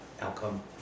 outcome